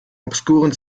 obskuren